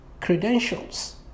credentials